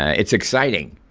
ah it's exciting,